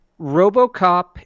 robocop